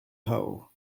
hole